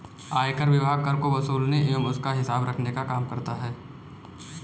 आयकर विभाग कर को वसूलने एवं उसका हिसाब रखने का काम करता है